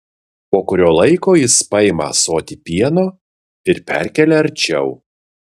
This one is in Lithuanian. po kurio laiko jis paima ąsotį pieno ir perkelia arčiau